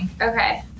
Okay